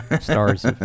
stars